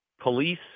police